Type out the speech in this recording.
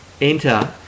Enter